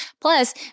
Plus